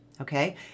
okay